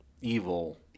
evil